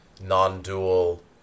non-dual